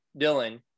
Dylan